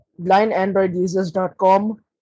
blindandroidusers.com